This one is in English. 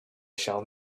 shall